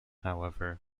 however